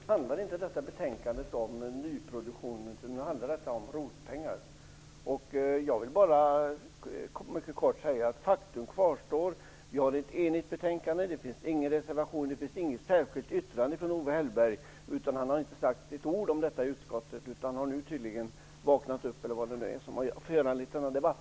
Fru talman! Nu handlar betänkandet inte om nyproduktion. Det handlar om ROT-pengar. Faktum kvarstår: Vi är eniga om det som står i betänkandet. Det finns ingen reservation. Det finns inget särskilt yttrande från Owe Hellberg. Han har inte sagt ett ord om detta i utskottet. Han har tydligen vaknat upp först nu, och det verkar ha föranlett denna debatt.